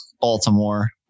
Baltimore